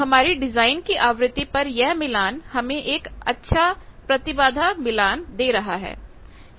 तो हमारी डिजाइन की आवृत्ति पर यह मिलान हमें एक अच्छा प्रतिबाधा मिलान दे रहा है